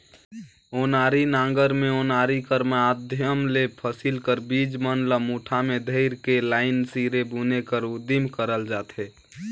ओनारी नांगर मे ओनारी कर माध्यम ले फसिल कर बीज मन ल मुठा मे धइर के लाईन सिरे बुने कर उदिम करल जाथे